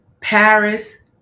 Paris